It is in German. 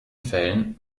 fällen